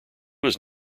was